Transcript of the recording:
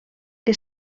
que